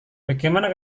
bagaimana